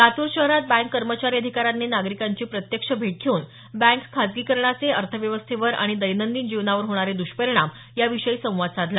लातूर शहरात बँक कर्मचारी अधिकाऱ्यांनी नागरिकांची प्रत्यक्ष भेट घेऊन बँक खाजगीकरणाचे अर्थव्यवस्थेवर आणि दैनंदिन जीवनावर होणारे दृष्परिणाम याविषयी संवाद साधला